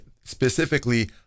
specifically